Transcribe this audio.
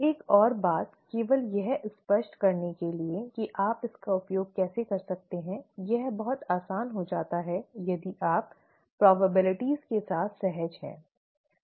एक और बात केवल यह स्पष्ट करने के लिए कि आप इसका उपयोग कैसे कर सकते हैं यह बहुत आसान हो जाता है यदि आप संभावनाओं के साथ सहज हैं